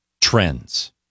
trends